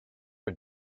for